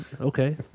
okay